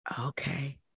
Okay